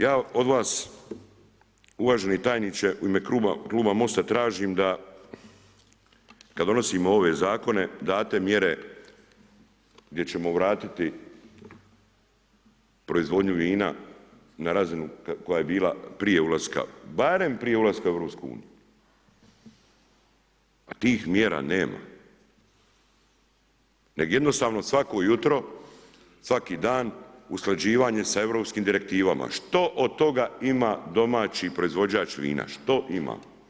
Ja od vas uvaženi tajniče u ime kluba Mosta tražim da kad donosimo ove zakone date mjere gdje ćemo vratiti proizvodnju vina koja je bila prije ulaska, barem prije ulaska u EU, a tih mjera nema, nego jednostavno svako jutro, svaki dan usklađivanje sa europskim direktivama, što od toga ima domaći proizvođač vina, što ima?